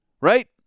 right